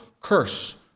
curse